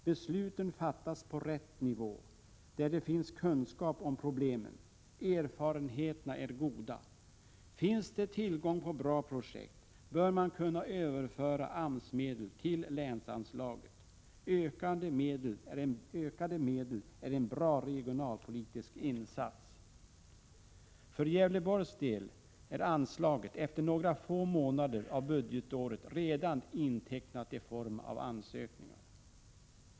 Besluten fattas på rätt nivå, där det finns kunskap om problemen. Erfarenheterna är goda, Finns det tillgång på bra projekt bör man kunna överföra AMS-medel till länsanslaget. Ökade medel är en bra regionalpolitisk insats. För Gävleborgs del är anslaget efter några få månader av budgetåret redan intecknat i form av ansökningar.